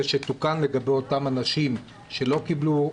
שתוקן לגבי אותם אנשים שלא קיבלו,